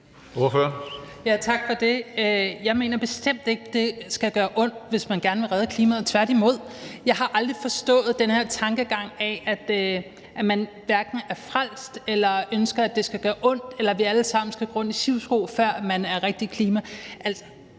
Jeg mener bestemt ikke, det skal gøre ondt, hvis man gerne vil redde klimaet, tværtimod. Jeg har aldrig forstået den her tankegang om, at man er frelst eller ønsker, at det skal gøre ondt, eller at vi alle sammen skal gå rundt i sivsko, før man går rigtig op i klimaet.